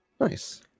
Nice